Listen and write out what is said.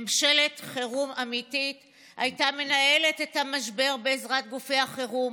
ממשלת חירום אמיתית הייתה מנהלת את המשבר בעזרת גופי החירום,